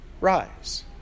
Rise